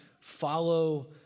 follow